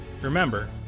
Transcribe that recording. Remember